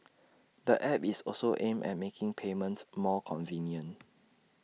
the app is also aimed at making payments more convenient